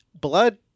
blood